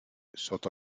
sotto